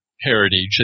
heritage